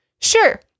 Sure